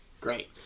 Great